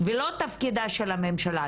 ולא תפקידה של הממשלה.